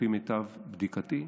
לפי מיטב בדיקתי.